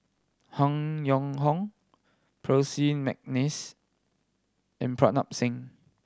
Han Yong Hong Percy McNeice and Pritam Singh